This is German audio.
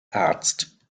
arzt